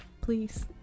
Please